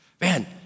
Man